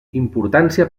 importància